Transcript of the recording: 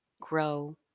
grow